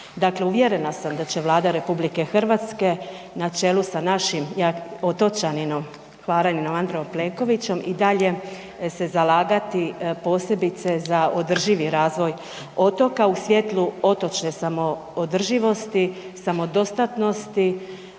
uvjerena sam da će Vlada RH na čelu sa našim otočaninom, Hvaraninom Andrejom Plenkovićem i dalje se zalagati, posebice za održivi razvoj otoka u svjetlu otočne samoodrživosti, samodostatnosti